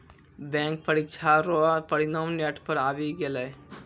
bank परीक्षा रो परिणाम नेट पर आवी गेलै